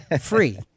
Free